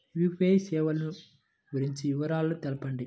UPI సేవలు గురించి వివరాలు తెలుపండి?